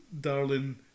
darling